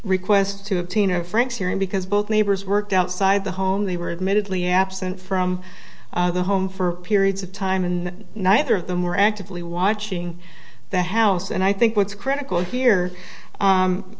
request to have tina frank's hearing because both neighbors worked outside the home they were admittedly absent from the home for periods of time and neither of them were actively watching the house and i think what's critical here